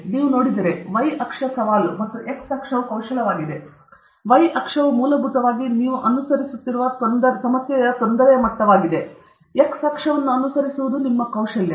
ನೀವು ನೋಡಿದರೆ y axis ಸವಾಲು ಮತ್ತು x ಅಕ್ಷವು ಕೌಶಲವಾಗಿದೆ y ಅಕ್ಷವು ಮೂಲಭೂತವಾಗಿ ನೀವು ಅನುಸರಿಸುತ್ತಿರುವ ಸಮಸ್ಯೆಯಲ್ಲಿ ತೊಂದರೆ ಮಟ್ಟವಾಗಿದೆ x ಅಕ್ಷವನ್ನು ಅನುಸರಿಸುವುದು ನಿಮ್ಮ ಕೌಶಲ್ಯ